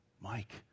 Mike